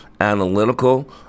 analytical